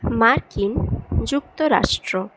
মার্কিন যুক্তরাষ্ট্র